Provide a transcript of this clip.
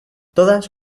todas